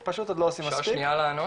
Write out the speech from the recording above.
אני פשוט לא חושב שעושים מספיק.